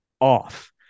off